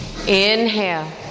inhale